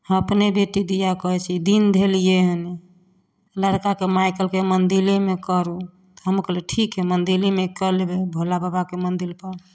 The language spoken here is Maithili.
अपने बेटी धिआ कहै छै दिन धेलिए हेन्ने लड़काके माइ कहलकै मन्दिरेमे करू हम कहली ठीक हइ मन्दिरेमे कऽ लेबै भोलाबाबाके मन्दिरपर